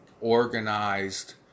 organized